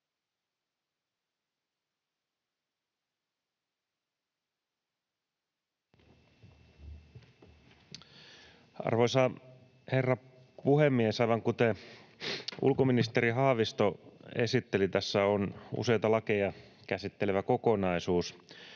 Arvoisa herra puhemies! Aivan kuten ulkoministeri Haavisto esitteli, tässä on useita lakeja käsittelevä kokonaisuus,